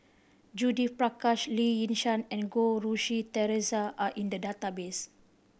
Judith Prakash Lee Yi Shyan and Goh Rui Si Theresa are in the database